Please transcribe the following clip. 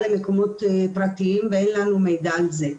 למקומות פרטיים ואין לנו מידע על זה.